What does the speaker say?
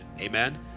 amen